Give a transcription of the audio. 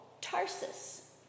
Tarsus